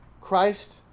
Christ